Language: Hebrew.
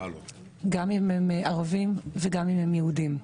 גם אם הם ערבים וגם אם הם יהודים.